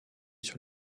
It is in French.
sur